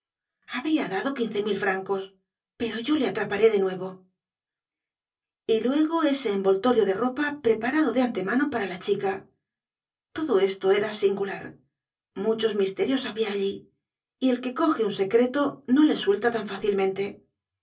habría dado quince mil francos pero yo le atraparé de nuevo y luego ese envoltorio de ropa preparado de antemano para la ohi ca todo esto era singular muchos misterios habia allí y el que coge un secreto no le suelta tan fácilmente